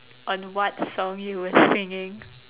on what song you were singing